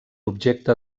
objecte